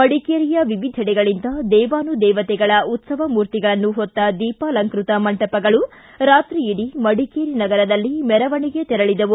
ಮಡಿಕೇರಿಯ ವಿವಿಧಡೆಗಳಿಂದ ದೇವಾನುದೇವತೆಗಳ ಉತ್ತವ ಮೂರ್ತಿಗಳನ್ನು ಹೊತ್ತ ದೀಪಾಲಂಕೃತ ಮಂಟಪಗಳು ರಾತ್ರಿಯಿಡಿ ಮಡಿಕೇರಿ ನಗರದಲ್ಲಿ ಮೆರವಣಿಗೆ ತೆರಳಿದವು